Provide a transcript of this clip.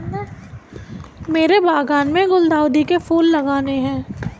मेरे बागान में गुलदाउदी के फूल लगाने हैं